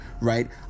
right